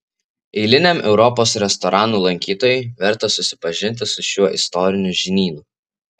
eiliniam europos restoranų lankytojui verta susipažinti su šiuo istoriniu žinynu